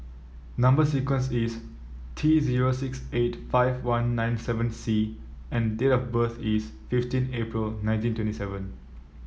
number sequence is T zero six eight five one nine seven C and date of birth is fifteen April nineteen twenty seven